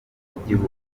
butegetsi